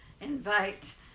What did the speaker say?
invite